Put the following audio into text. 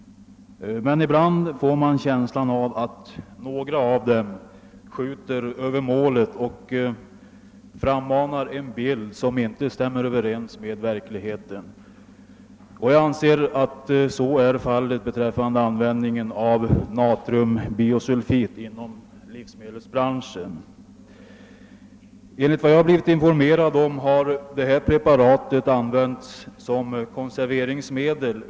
Men ibland får man en känsla av att några av dem skjuter över målet och frammanar en bild som inte stämmer överens med verkligheten. Jag anser att så är fallet beträffande användningen av natriumbisulfit inom livsmedelsbranschen . Enligt den information jag fått har detta preparat använts som konserveringsmedel.